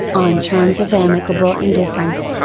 on terms of amicable indifference,